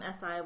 SI